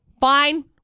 fine